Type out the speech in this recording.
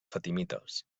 fatimites